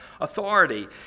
authority